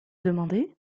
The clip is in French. demandez